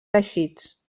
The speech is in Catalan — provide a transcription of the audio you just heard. teixits